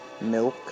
milk